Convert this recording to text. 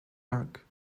work